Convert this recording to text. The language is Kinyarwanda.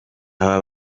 aba